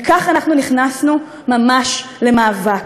וכך אנחנו נכנסנו ממש למאבק.